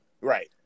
right